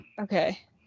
Okay